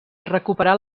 recuperar